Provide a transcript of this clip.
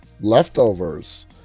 leftovers